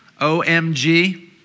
OMG